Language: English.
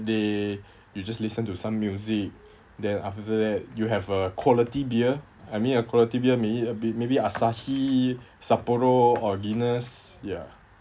day you just listen to some music then after that you have a quality beer I mean a quality beer maybe a be~ maybe asahi sapporo or Guinness ya